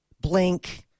Blink